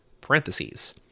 parentheses